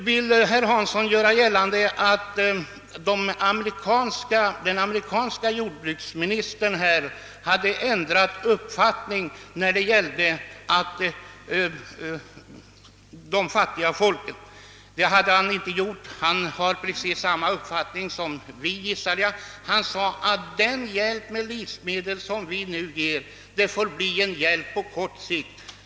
Herr Hansson ville göra gällande att den amerikanske jordbruksministern hade ändrat uppfattning när det gällde de fattiga folken. Det hade han inte gjort. Han hade precis samma uppfattning som vi. Han sade nämligen att den hjälp med livsmedel som Förenta staterna nu ger får bli en hjälp på kort sikt.